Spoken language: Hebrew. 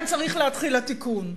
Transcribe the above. כאן צריך להתחיל התיקון.